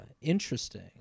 interesting